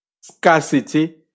Scarcity